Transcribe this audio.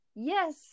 yes